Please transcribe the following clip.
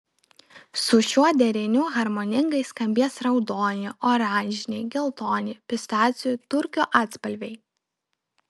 su šiuo deriniu harmoningai skambės raudoni oranžiniai geltoni pistacijų turkio atspalviai